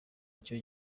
icyo